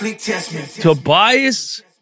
Tobias